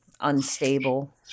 unstable